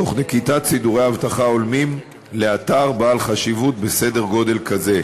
תוך נקיטת סידורי אבטחה הולמים לאתר בעל חשיבות בסדר גודל כזה.